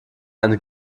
eine